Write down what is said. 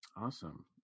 Awesome